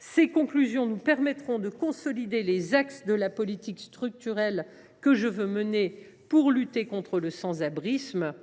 Ses conclusions conduiront à la consolidation des axes de la politique structurelle que j’entends mener pour lutter contre le sans abrisme.